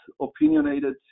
opinionated